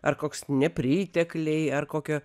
ar koks nepritekliai ar kokia